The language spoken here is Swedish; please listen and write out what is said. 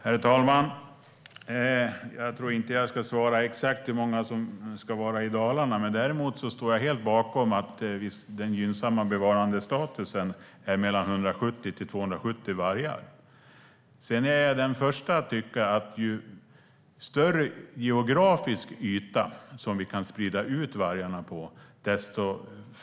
Herr talman! Jag tror inte att jag ska säga exakt hur många vargar det ska vara i Dalarna. Däremot står jag helt bakom att den gynnsamma bevarandestatusen är 170-270 vargar. Sedan är jag den första att tro att vi får färre problem ju större geografisk yta vi kan sprida ut vargarna på.